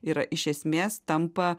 yra iš esmės tampa